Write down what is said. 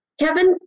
Kevin